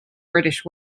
british